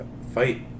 fight